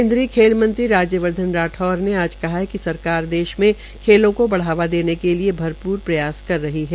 केन्द्रीय खेल मंत्री राज्य वर्धन राठौर ने आज कहा है कि सरकार देश में खेलों को बढ़ावा देने के लिए भरपूर प्रयास कर रही है